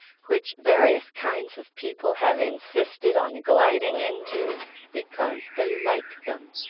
which various kinds of people have insisted on gliding into because they like them.